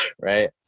right